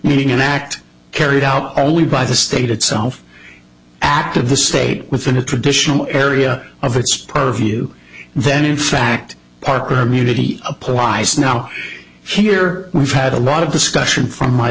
meeting an act carried out only by the state itself act of the state within a traditional area of its purview then in fact parker immunity applies now here we've had a lot of discussion from my